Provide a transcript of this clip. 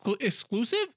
exclusive